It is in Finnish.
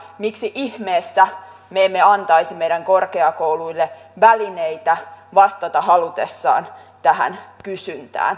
miksi ihmeessä me emme antaisi meidän korkeakouluillemme välineitä vastata halutessaan tähän kysyntään